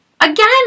again